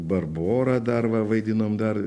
barborą dar va vaidinom dar